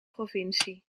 provincie